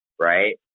right